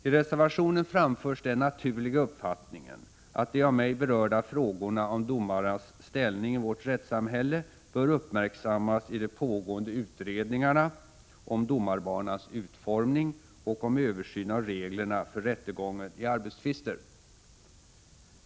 I reservationen framförs den naturliga uppfattningen att de av mig berörda frågorna om domarnas ställning i vårt rättssamhälle bör uppmärksammas i de pågående utredningarna om domarbanans utformning och om reglerna för rättegången i arbetstvister.